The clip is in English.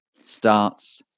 starts